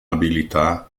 abilità